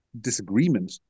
disagreement